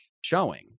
showing